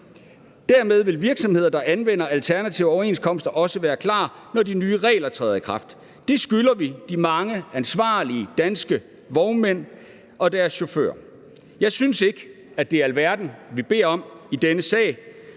Dermed vil virksomheder, der anvender alternative overenskomster, også være klar, når de nye regler træder i kraft. Det skylder vi de mange ansvarlige danske vognmænd og deres chauffører. Jeg synes ikke, at det er alverden, vi beder om i denne sag,